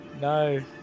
No